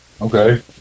Okay